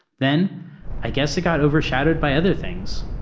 then i guess it got overshadowed by other things.